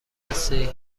هستی